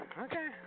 Okay